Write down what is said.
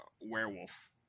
werewolf